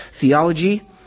theology